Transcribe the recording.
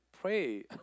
Pray